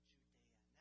Judea